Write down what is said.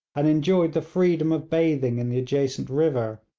and enjoyed the freedom of bathing in the adjacent river.